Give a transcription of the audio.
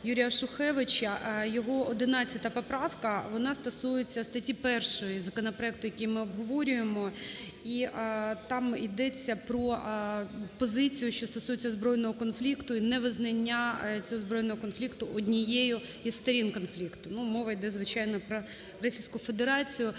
Юрія Шухевича. Його 11 поправка, вона стосується статті 1 законопроекту, який ми обговорюємо, і там йдеться про позицію, що стосується збройного конфлікту і невизнання цього збройного конфлікту однією із сторін конфлікту. Мова йде, звичайно, про Російську Федерацію.